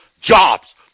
jobs